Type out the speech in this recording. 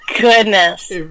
goodness